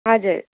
हजुर